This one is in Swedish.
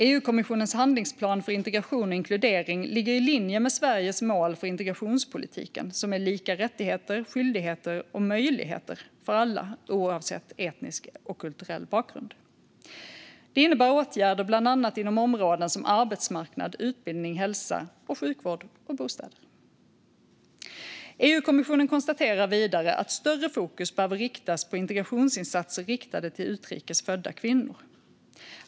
EU-kommissionens handlingsplan för integration och inkludering ligger i linje med Sveriges mål för integrationspolitiken, det vill säga lika rättigheter, skyldigheter och möjligheter för alla oavsett etnisk och kulturell bakgrund . Det innebär åtgärder bland annat inom områden som arbetsmarknad, utbildning, hälsa och sjukvård samt bostäder. EU-kommissionen konstaterar vidare att större fokus behöver riktas på integrationsinsatser riktade till utrikes födda kvinnor.